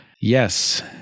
Yes